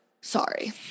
Sorry